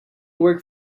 work